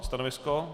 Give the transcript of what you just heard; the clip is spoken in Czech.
Stanovisko